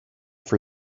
for